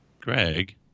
Greg